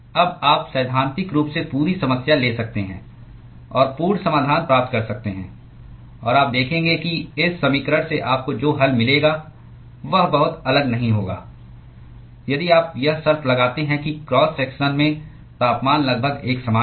अब आप सैद्धांतिक रूप से पूरी समस्या ले सकते हैं और पूर्ण समाधान प्राप्त कर सकते हैं और आप देखेंगे कि इस समीकरण से आपको जो हल मिलेगा वह बहुत अलग नहीं होगा यदि आप यह शर्त लगाते हैं कि क्रॉस सेक्शन में तापमान लगभग एक समान है